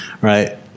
right